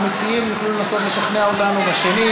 המציעים יוכלו לנסות לשכנע אותנו בשנית.